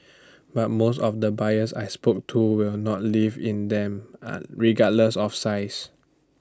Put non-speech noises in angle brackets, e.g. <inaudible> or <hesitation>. <noise> but most of the buyers I spoke to will not live in them <hesitation> regardless of size